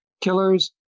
killers